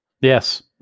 Yes